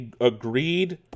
agreed